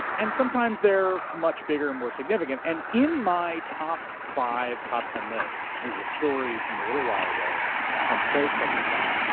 and sometimes they're much bigger and more significant and in my top five, top ten list is a story from a little while ago from propublica,